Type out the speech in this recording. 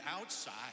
outside